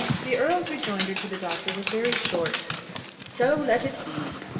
the earl's rejoinder to the doctor was very short so let it be.